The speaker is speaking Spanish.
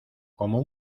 como